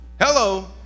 Hello